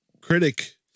critic